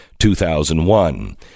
2001